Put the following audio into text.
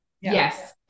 Yes